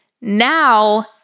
Now